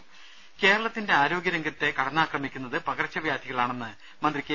രദേശ കേരളത്തിന്റെ ആരോഗ്യ രംഗത്തെ കടന്നാക്രമിക്കുന്നത് പകർച്ചവ്യാധികളാണെന്ന് മന്ത്രി കെ